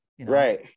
Right